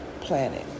planet